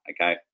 Okay